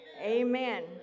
Amen